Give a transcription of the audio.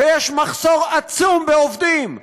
ויש מחסור עצום בעובדים בבתי-האבות,